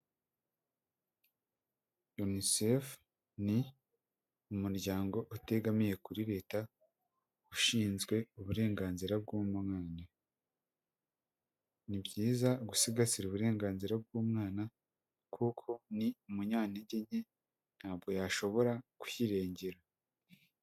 UNICEF ni umuryango utegamiye kuri leta ushinzwe uburenganzira bw'umwana, ni byiza gusigasira uburenganzira bw'umwana kuko ni umunyantege nke ntabwo yashobora kwirengera.